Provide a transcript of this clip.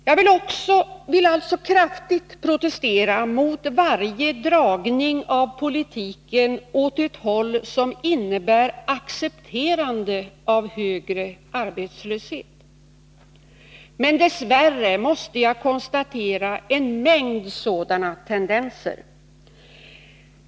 Jag vill alltså kraftigt protestera mot varje dragning av politiken åt ett håll som innebär accepterande av högre arbetslöshet. Men dess värre måste jag konstatera en mängd sådana tendenser.